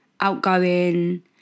outgoing